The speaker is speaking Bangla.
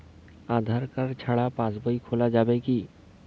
আধার কার্ড ছাড়া পাশবই খোলা যাবে কি?